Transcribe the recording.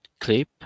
clip